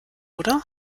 oder